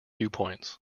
viewpoints